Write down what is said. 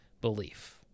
belief